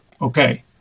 okay